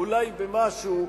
אולי במשהו,